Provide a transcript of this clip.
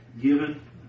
given